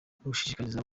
gushishikariza